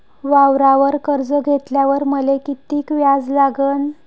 वावरावर कर्ज घेतल्यावर मले कितीक व्याज लागन?